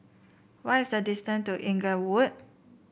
what is the distance to Inglewood